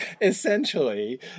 essentially